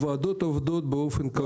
הוועדות עובדות באופן קבוע.